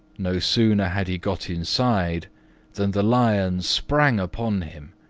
no sooner had he got inside than the lion sprang upon him,